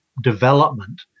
development